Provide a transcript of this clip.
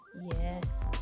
Yes